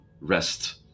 rest